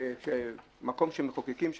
כמקום שמחוקקים,